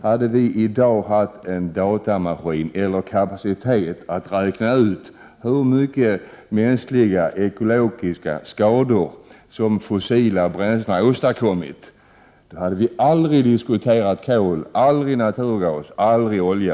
Hade vi i dag haft kapacitet att räkna ut hur stora mänskliga och ekologiska skador som de fossila bränslena har åstadkommit, hade vi aldrig diskuterat kol, aldrig naturgas, aldrig olja.